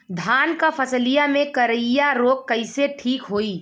धान क फसलिया मे करईया रोग कईसे ठीक होई?